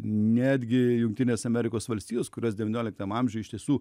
netgi jungtinės amerikos valstijos kurias devynioliktam amžiui ištiesų